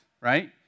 Right